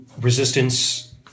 resistance